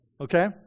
Okay